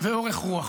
ואורך רוח.